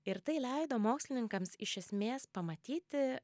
ir tai leido mokslininkams iš esmės pamatyti